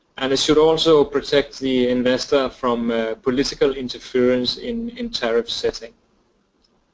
and it should also protect the investor from political interference in in tariff setting.